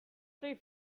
three